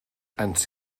ens